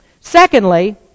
Secondly